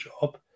job